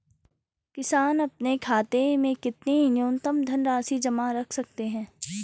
किसान अपने खाते में कितनी न्यूनतम धनराशि जमा रख सकते हैं?